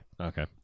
Okay